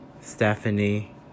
Stephanie